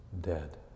dead